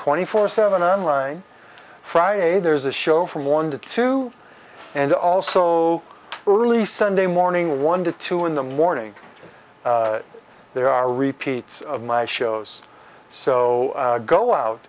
twenty four seven on line friday there's a show from one to two and also early sunday morning one to two in the morning there are repeats of my shows so go out